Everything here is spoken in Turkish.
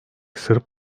sırp